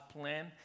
plan